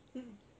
mm mm